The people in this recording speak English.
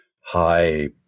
high